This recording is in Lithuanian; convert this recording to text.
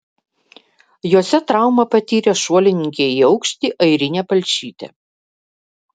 jose traumą patyrė šuolininkė į aukštį airinė palšytė